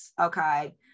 okay